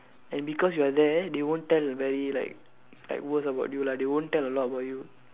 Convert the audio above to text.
and because you are there they won't tell the very like like worst about you lah they won't tell a lot about you